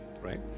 right